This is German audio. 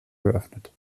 geöffnet